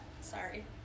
sorry